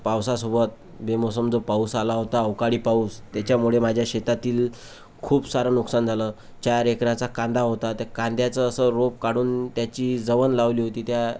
पावसासोबत बेमोसम जो पाऊस आला होता अवकाळी पाऊस त्याच्यामुळे माझ्या शेतातील खूप सारं नुकसान झालं चार एकराचा कांदा होता त्या कांद्याचं असं रोप काढून त्याची जवन लावली होती त्या